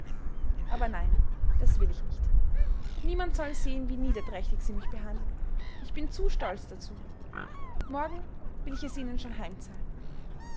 aber nein das will ich nicht niemand soll sehen wie niederträchtig sie mich behandeln ich bin zu stolz dazu morgen will ich es ihnen schon heimzahlen